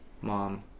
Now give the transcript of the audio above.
mom